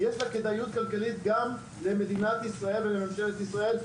יש לה כדאיות כלכלית גם למדינת ישראל ולממשלת ישראל,